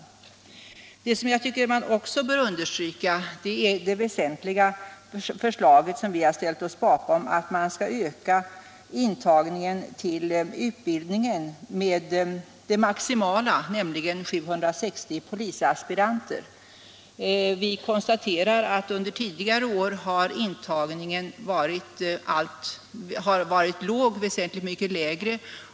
Något som jag också tycker bör understrykas är förslaget om att man skall öka intagningen till utbildningen till det maximala, nämligen 760 polisaspiranter. Vi konstaterar att intagningen under tidigare år har varit väsentligt lägre.